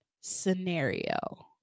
scenario